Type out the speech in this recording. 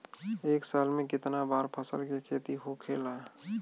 एक साल में कितना बार फसल के खेती होखेला?